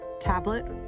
tablet